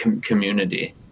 community